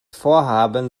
vorhaben